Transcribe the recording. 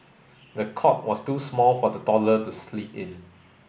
the cot was too small for the toddler to sleep in